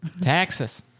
Texas